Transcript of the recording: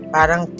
Parang